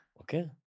Okay